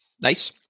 Nice